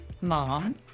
mom